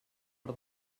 per